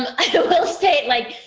i will state, like,